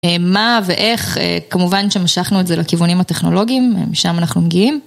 מה ואיך כמובן שמשכנו את זה לכיוונים הטכנולוגיים, משם אנחנו מגיעים.